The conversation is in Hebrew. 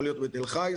זה יכול להיות בתל חי,